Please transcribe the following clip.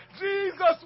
jesus